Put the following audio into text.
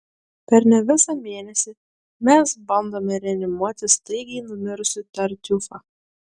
per ne visą mėnesį mes bandome reanimuoti staigiai numirusį tartiufą